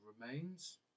remains